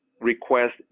request